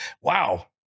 wow